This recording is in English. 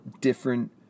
different